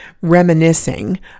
reminiscing